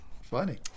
Funny